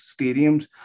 stadiums